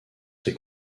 ses